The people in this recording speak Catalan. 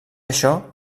això